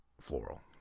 floral